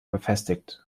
befestigt